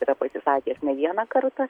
yra pasisakęs ne vieną kartą